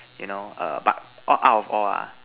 you know err but all out of all ah